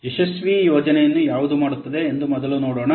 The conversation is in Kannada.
ಯಶಸ್ವಿ ಯೋಜನೆಯನ್ನು ಯಾವುದು ಮಾಡುತ್ತದೆ ಎಂದು ಮೊದಲು ನೋಡೋಣ